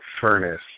furnace